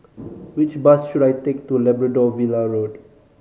which bus should I take to Labrador Villa Road